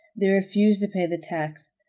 they refused to pay the tax.